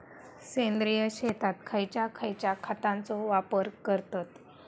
सेंद्रिय शेतात खयच्या खयच्या खतांचो वापर करतत?